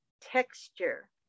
texture